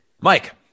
Mike